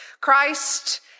Christ